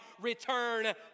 return